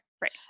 right